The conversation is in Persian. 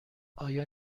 آیا